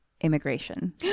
Immigration